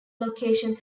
locations